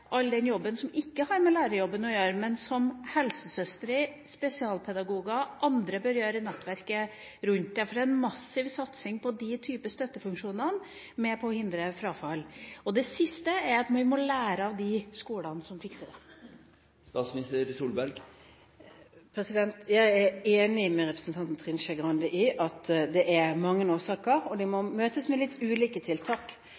den jobben som ikke har med lærerjobben å gjøre, men som helsesøstre, spesialpedagoger og andre bør gjøre i nettverket rundt. Derfor er en massiv satsing på den type støttefunksjoner med på å hindre frafall. Og til sist: Vi må lære av de skolene som fikser det. Jeg er enig med representanten Trine Skei Grande i at det er mange årsaker, og de må møtes med litt ulike tiltak.